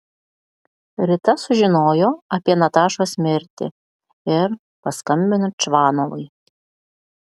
rita sužinojo apie natašos mirtį ir paskambino čvanovui